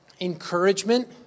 encouragement